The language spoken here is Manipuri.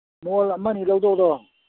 ꯃꯣꯜ ꯑꯃꯅꯤ ꯂꯧꯗꯧꯔꯣ